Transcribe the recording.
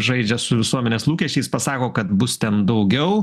žaidžia su visuomenės lūkesčiais pasako kad bus ten daugiau